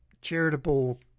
charitable